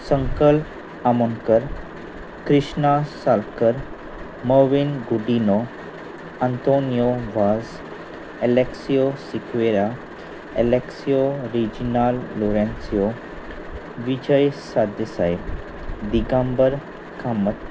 संकल्प आमोणकर कृष्णा सालकर मोविंन गुडीनो अंतोनियो वास एलेक्सिो सिकवेरा एलेक्सिो रिजिनाल लोरसिंओ विजय सारदेसाय दिगांबर कामत